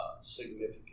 significant